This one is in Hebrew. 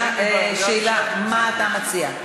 שאלה: מה אתה מציע?